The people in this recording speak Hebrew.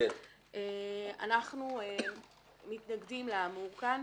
אנחנו מתנגדים לאמור כאן